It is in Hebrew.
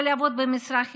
או לעבוד במשרד חלקית,